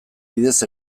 bidez